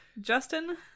Justin